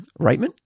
Reitman